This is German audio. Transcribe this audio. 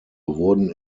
wurden